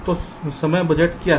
तो समय बजट क्या है